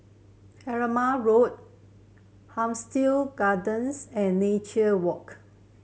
Keramat Road Hampstead Gardens and Nature Walk